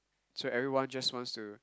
so everyone just wants to